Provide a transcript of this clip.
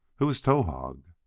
who is towahg?